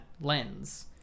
lens